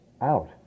out